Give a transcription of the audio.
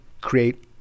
create